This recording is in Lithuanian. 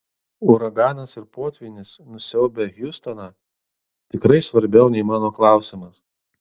uraganas ir potvynis nusiaubę hjustoną tikrai svarbiau nei mano klausimas